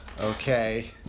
Okay